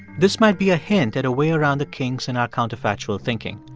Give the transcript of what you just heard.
this might be a hint at a way around the kinks in our counterfactual thinking.